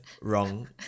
wrong